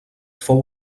fou